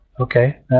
Okay